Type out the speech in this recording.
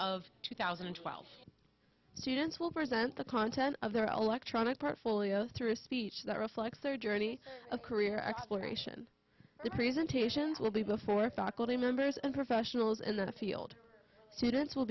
of two thousand and twelve students will present the content of their electronic part folios through a speech that reflects their journey of career exploration the presentation will be before faculty members and professionals in the field students will